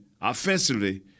offensively